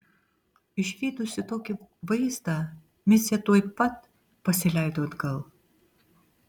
išvydusi tokį vaizdą micė tuoj pat pasileido atgal